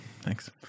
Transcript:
Thanks